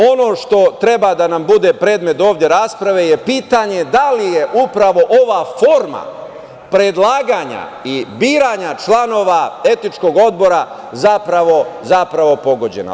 Ono što treba da nam bude predmet rasprave je pitanje da li upravo ova forma predlaganja i biranja članova etičkog odbora zapravo pogođena.